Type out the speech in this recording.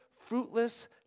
fruitless